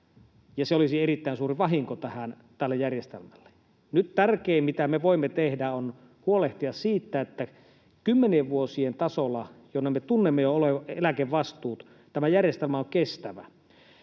se olisi erittäin suuri vahinko tälle järjestelmälle. Nyt tärkeintä, mitä me voimme tehdä, on huolehtia siitä, että kymmenien vuosien tasolla, jonne me jo tunnemme eläkevastuut, tämä järjestelmä on kestävä.